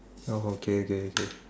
oh okay okay okay